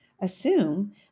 assume